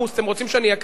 אתם רוצים שאני אקריא?